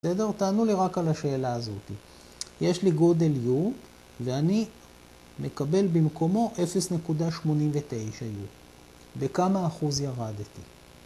בסדר, תענו לי רק על השאלה הזאת, יש לי גודל U ואני מקבל במקומו 0.89 U, בכמה אחוז ירדתי?